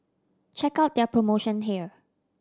check out their promotion here